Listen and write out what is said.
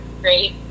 great